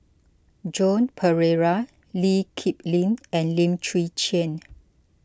Joan Pereira Lee Kip Lin and Lim Chwee Chian